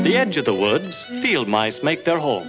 the edge of the woods field mice make their home